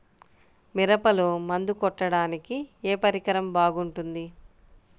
మిరపలో మందు కొట్టాడానికి ఏ పరికరం బాగుంటుంది?